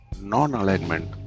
non-alignment